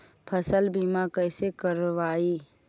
फसल बीमा कैसे करबइ?